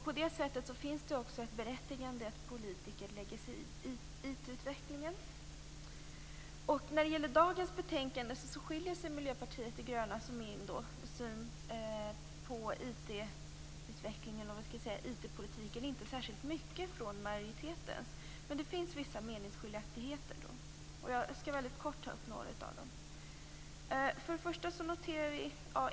På det sättet finns det också ett berättigande för att politiker lägger sig i IT När det gäller dagens betänkande skiljer sig Miljöpartiet de grönas och min syn på IT-politiken inte särskilt mycket från majoritetens. Men det finns vissa meningsskiljaktigheter. Jag skall mycket kort ta upp några av dem.